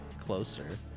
closer